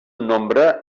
nombre